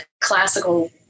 classical